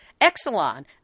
Exelon